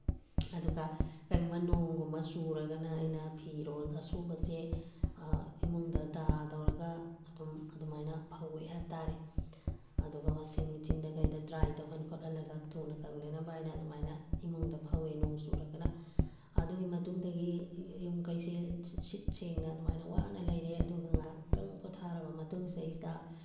ꯑꯗꯨꯒ ꯀꯩꯒꯨꯝꯕ ꯅꯣꯡꯒꯨꯝꯕ ꯆꯨꯔꯒꯅ ꯑꯩꯅ ꯐꯤꯔꯣꯜ ꯑꯁꯨꯕꯁꯦ ꯏꯃꯨꯡꯗ ꯇꯔꯥ ꯇꯧꯔꯒ ꯑꯗꯨꯝ ꯑꯗꯨꯃꯥꯏꯅ ꯐꯧꯑꯦ ꯍꯥꯏꯕ ꯇꯥꯔꯦ ꯑꯗꯨꯒ ꯋꯥꯁꯤꯡ ꯃꯦꯆꯤꯟꯗ ꯀꯩꯗ ꯗ꯭ꯔꯥꯏ ꯇꯧꯍꯟ ꯈꯣꯠꯍꯜꯂꯒ ꯊꯨꯅ ꯀꯪꯅꯅꯕ ꯍꯥꯏꯅ ꯑꯗꯨꯃꯥꯏꯅ ꯏꯃꯨꯡꯗ ꯐꯧꯑꯦ ꯅꯣꯡ ꯆꯨꯔꯒꯅ ꯑꯗꯨꯒꯤ ꯃꯇꯨꯡꯗꯒꯤ ꯌꯨꯝ ꯀꯩꯁꯦ ꯁꯤꯠ ꯁꯦꯡꯅ ꯑꯗꯨꯃꯥꯏꯅ ꯋꯥꯅ ꯂꯩꯔꯦ ꯑꯗꯨꯒ ꯉꯥꯏꯍꯥꯛꯇꯪ ꯄꯣꯊꯥꯔꯕ ꯃꯇꯨꯡꯁꯤꯗꯩꯗ